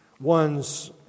ones